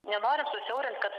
nenorim susiaurint kad